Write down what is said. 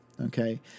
Okay